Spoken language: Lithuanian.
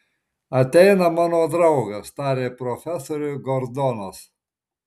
ateina mano draugas tarė profesoriui gordonas